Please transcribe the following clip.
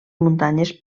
muntanyes